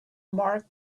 mark